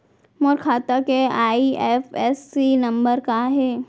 मोर खाता के IFSC number का हे?